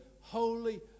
holy